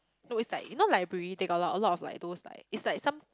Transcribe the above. no it's like you know library they got a lot a lot of like those like it's like some